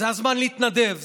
זה הזמן להתנדב,